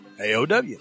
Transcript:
AOW